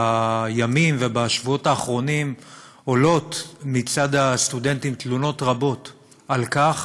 שבימים ובשבועות האחרונים עולות מצד הסטודנטים תלונות רבות על כך